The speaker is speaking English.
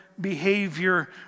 behavior